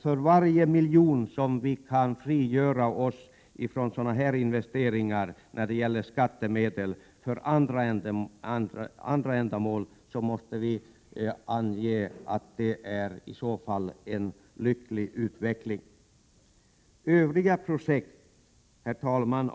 För varje miljon av skattemedel som vi kan frigöra från sådana investeringar till andra ändamål måste vi ange att det är en lycklig utveckling. Herr talman!